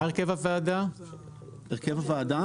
הרכב הוועדה